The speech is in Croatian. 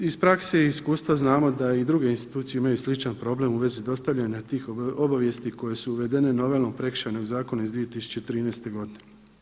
Iz prakse i iz iskustva znamo da i druge institucije imaju sličan problem u vezi dostavljanja tih obavijesti koje su uvedene novelom Prekršajnog zakona iz 2013. godine.